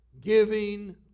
Giving